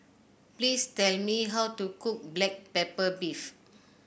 please tell me how to cook Black Pepper Beef